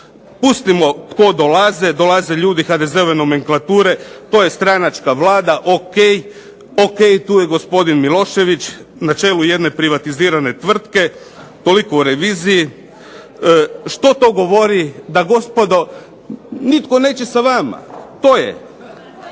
Pustimo tko dolazi, dolaze ljudi HDZ-ove nomenklature. To je stranačka vlada, o.k. tu je gospodin Milošević na čelu jedne privatizirane tvrtke, toliko o reviziji. Što to govori? Da gospodo nitko neće sa vama. To je,